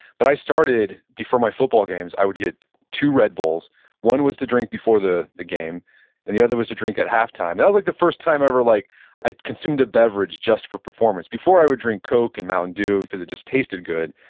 but i started, before my football games, i would get two red bulls one was to drink before the the game and the other was to drink at half-time. and that was like the first time ever like i consumed a beverage just for performance. before i would drink coke and mountain dew because it just tasted good,